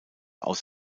aus